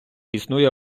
існує